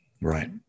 Right